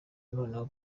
noneho